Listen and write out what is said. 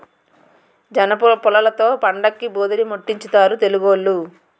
జనపుల్లలతో పండక్కి భోధీరిముట్టించుతారు తెలుగోళ్లు